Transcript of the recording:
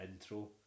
intro